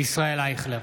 ישראל אייכלר,